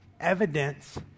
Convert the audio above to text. Evidence